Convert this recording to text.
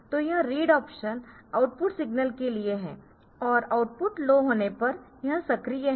तो यह read option output signal के लिए है और आउटपुट लो होने पर यह सक्रिय है